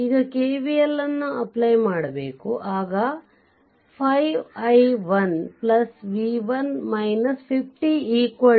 ಈಗ KVL apply ಮಾಡ್ಬೇಕು ಆಗ 5i1 v1 50 0